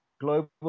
global